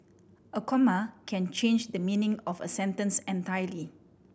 a comma can change the meaning of a sentence entirely